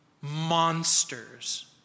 monsters